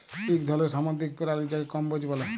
ইক ধরলের সামুদ্দিরিক পেরালি যাকে কম্বোজ ব্যলে